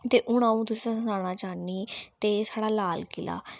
ते हून अ'ऊं तुसेंगी सनाना चाहन्नीं ते साढ़ा लाल किला